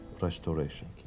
restoration